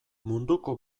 munduko